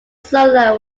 solo